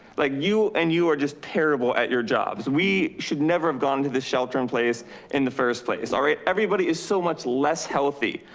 like you and you are just terrible at your jobs. we should never have gone to the shelter in place in the first place. all right, everybody is so much less healthy.